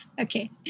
Okay